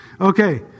Okay